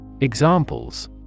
Examples